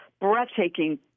breathtaking